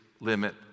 limit